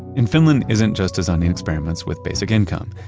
in finland isn't just as um the experiments with basic income.